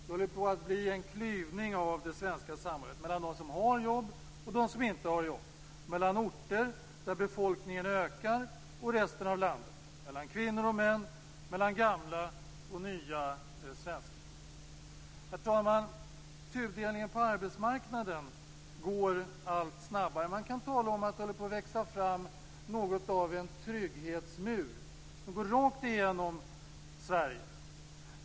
Det håller på att bli en klyvning av det svenska samhället, mellan de som har jobb och de som inte har jobb, mellan orter där befolkningen ökar och orter i resten av landet där befolkningen minskar, mellan kvinnor och män, mellan gamla och nya svenskar. Herr talman! Tudelningen på arbetsmarknaden går allt snabbare. Det håller på att växa fram något av en trygghetsmur som går rakt igenom Sverige.